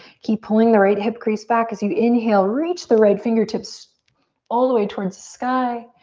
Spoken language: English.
keep pulling the right hip crease back. as you inhale, reach the right fingertips all the way towards the sky.